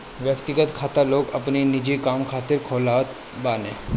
व्यक्तिगत खाता लोग अपनी निजी काम खातिर खोलत बाने